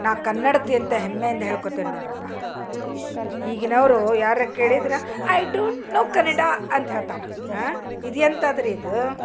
ನಾನು ಕನ್ನಡತಿ ಅಂತ ಹೆಮ್ಮೆಯಿಂದ ಹೇಳ್ಕೊತೇನೆ ನೋಡಿರಪ್ಪ ಈಗಿನವರು ಯಾರಾರೂ ಕೇಳಿದ್ರೆ ಐ ಡೋಂಟ್ ನೊ ಕನ್ನಡ ಅಂತ ಹೇಳ್ತಾರೆ ಆಂ ಇದು ಎಂಥದು ರೀ ಇದು